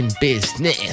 Business